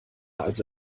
also